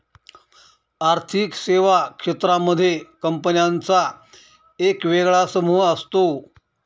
आर्थिक सेवा क्षेत्रांमध्ये कंपन्यांचा एक वेगळा समूह असतो